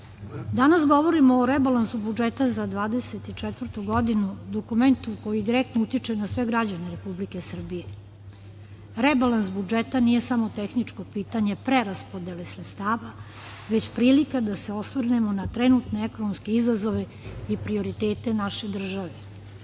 govorimo o rebalansu budžeta za 2024. godinu, dokumentu koji direktno utiče na sve građane Republike Srbije. Rebalans budžeta nije samo tehničko pitanje preraspodele sredstava, već prilika da se osvrnemo na trenutni ekonomski izazove i prioritete naše države. Ovaj